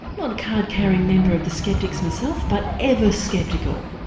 not a card carrying member of the skeptics myself, but ever skeptical.